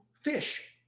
fish